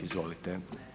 Izvolite.